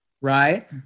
Right